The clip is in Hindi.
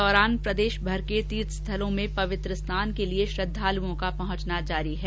कार्तिक माह के दौरान प्रदेशभर के तीर्थ स्थलों में पवित्र स्नान के लिये श्रद्वालुओं का पहुंचना जारी है